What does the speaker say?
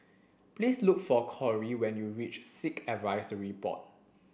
please look for Korey when you reach Sikh Advisory Board